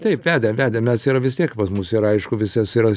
taip vedėm vedėm mes yra vis tiek pas mus yra aišku viskas yra